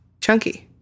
Chunky